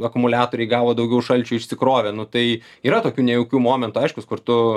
akumuliatoriai gavo daugiau šalčio išsikrovė nu tai yra tokių nejaukių momentų aiškus kur tu